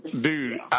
dude